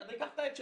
אקח את העט שלי.